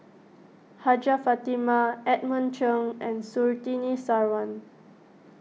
Hajjah Fatimah Edmund Cheng and Surtini Sarwan